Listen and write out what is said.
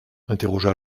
interrogea